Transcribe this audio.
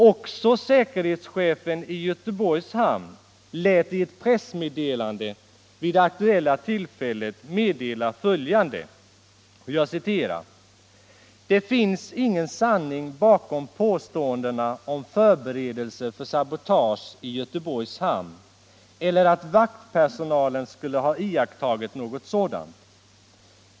Också säkerhetschefen i Göteborgs hamn lät i ett pressmeddelande vid det aktuella tillfället meddela följande: ”Det finns ingen sanning bakom påståendena om förberedelser för sabotage i Göteborgs hamn eller att vaktpersonalen skulle ha iakttagit något sådant.